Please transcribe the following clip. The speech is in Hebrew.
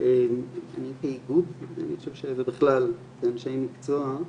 ואני כאיגוד, אני חושב שבכלל כאנשי מקצוע,